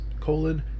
colon